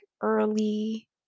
early